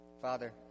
Father